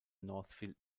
northfield